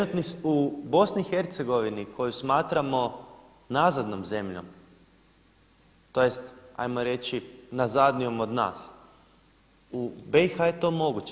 U BiH koju smatramo nazadnom zemljom, tj. ajmo reći nazadnijom od nas, u BiH je to moguće.